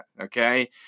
Okay